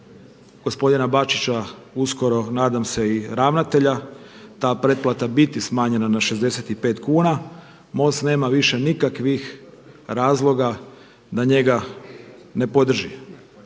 gospodina Bačića uskoro nadam se i ravnatelja ta pretplata biti smanjena na 65 kuna. MOST nema više nikakvih razloga da njega ne podrži,